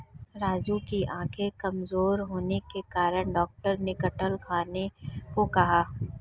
राजू की आंखें कमजोर होने के कारण डॉक्टर ने कटहल खाने को कहा